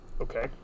Okay